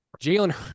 Jalen